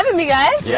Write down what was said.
me guys. yeah,